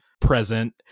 present